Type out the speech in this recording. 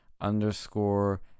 underscore